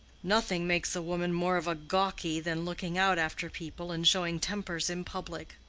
nothing makes a woman more of a gawky than looking out after people and showing tempers in public.